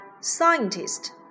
scientist